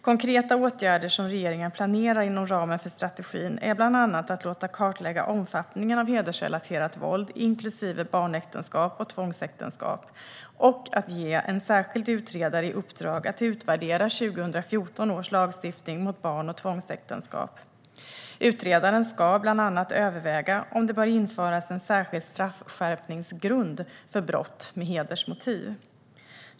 Konkreta åtgärder som regeringen planerar inom ramen för strategin är bland annat att låta kartlägga omfattningen av hedersrelaterat våld, inklusive barnäktenskap och tvångsäktenskap, och att ge en särskild utredare i uppdrag att utvärdera 2014 års lagstiftning mot barn och tvångsäktenskap. Utredaren ska bland annat överväga om det bör införas en särskild straffskärpningsgrund för brott med hedersmotiv.